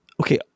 okay